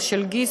או של גיס,